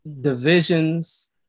divisions